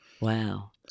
wow